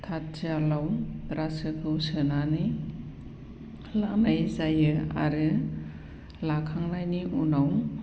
खाथियालाव रासोखौ सोनानै लानाय जायो आरो लाखांनायनि उनाव